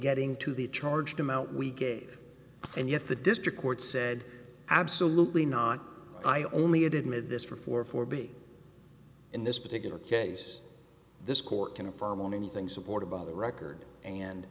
getting to the charged amount we gave and yet the district court said absolutely not i only admitted this for for for be in this particular case this court can affirm on anything supported by the record and